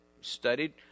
studied